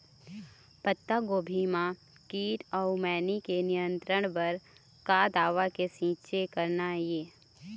पत्तागोभी म कीट अऊ मैनी के नियंत्रण बर का दवा के छींचे करना ये?